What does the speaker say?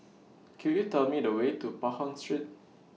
Could YOU Tell Me The Way to Pahang Street